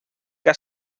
que